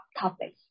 topics